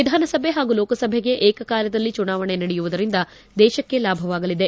ವಿಧಾನಸಭೆ ಹಾಗೂ ಲೋಕಸಭೆಗೆ ಏಕಕಾಲದಲ್ಲಿ ಚುನಾವಣೆ ನಡೆಯುವುದರಿಂದ ದೇಶಕ್ಕೆ ಲಾಭವಾಗಲಿದೆ